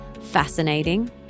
fascinating